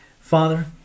Father